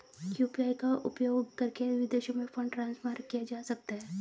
UPI का उपयोग करके विदेशों में फंड ट्रांसफर किया जा सकता है?